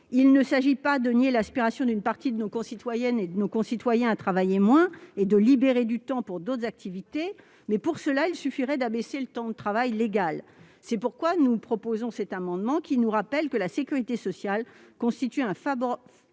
Il ne s'agit pas de nier l'aspiration d'une partie de nos concitoyennes et de nos concitoyens à travailler moins et à se libérer du temps pour d'autres activités. Mais pour cela, il suffirait d'abaisser le temps de travail légal. C'est pourquoi nous proposons cet amendement, qui vise à nous rappeler que la sécurité sociale constitue un